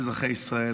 אזרחי ישראל,